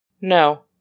No